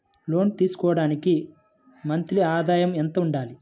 లోను తీసుకోవడానికి మంత్లీ ఆదాయము ఎంత ఉండాలి?